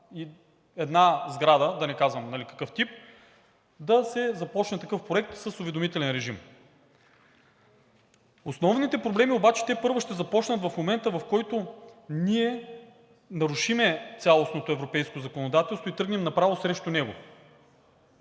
и една сграда, да не казвам какъв тип, да се започне такъв проект с уведомителен режим. Основните проблеми обаче тепърва ще започнат в момента, в който ние нарушим цялостното европейско законодателство и тръгнем направо срещу него.